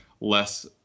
less